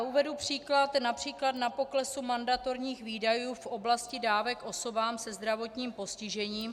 Uvedu příklad například na poklesu mandatorních výdajů v oblasti dávek osobám se zdravotním postižením.